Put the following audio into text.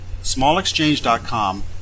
smallexchange.com